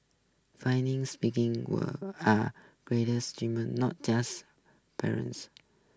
speaking were are not just parents